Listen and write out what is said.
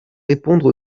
répondre